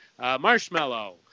marshmallow